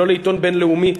לא לעיתון בין-לאומי,